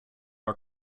are